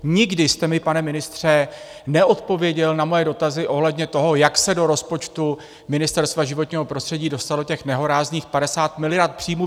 Nikdy jste, pane ministře, neodpověděl na moje dotazy ohledně toho, jak se do rozpočtu Ministerstva životního prostředí dostalo těch nehorázných 50 miliard příjmů.